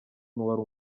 n’uwari